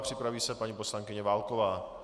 Připraví se paní poslankyně Válková.